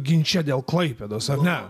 ginče dėl klaipėdos ar ne